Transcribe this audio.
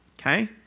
Okay